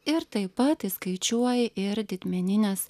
ir taip pat įskaičiuoja ir didmeninės